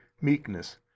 meekness